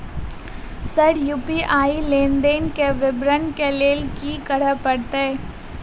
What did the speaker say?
Sir UPI लेनदेन केँ विवरण केँ लेल की करऽ परतै?